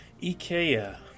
Ikea